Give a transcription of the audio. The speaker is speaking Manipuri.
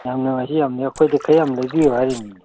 ꯌꯥꯝꯅ ꯑꯣꯏꯔꯁꯨ ꯌꯥꯅꯤ ꯑꯩꯈꯣꯏꯗꯤ ꯈꯔ ꯌꯥꯝ ꯂꯩꯕꯤꯌꯨ ꯍꯥꯏꯔꯤꯃꯤꯅꯦ